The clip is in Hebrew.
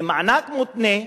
מענק מותנה,